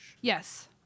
yes